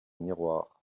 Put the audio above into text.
miroir